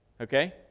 Okay